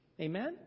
Amen